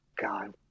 God